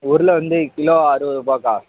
உருளை வந்து கிலோ அறுபது ரூபாக்கா